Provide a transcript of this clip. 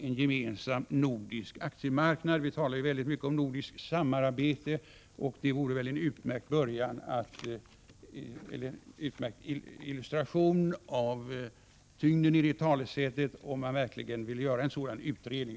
Vi talar ju väldigt mycket om nordiskt samarbete, och det vore väl en utmärkt illustration av tyngden i det talesättet, om vi verkligen ville göra en sådan utredning.